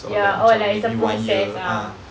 ya oh like it's a process ah